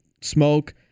smoke